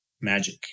magic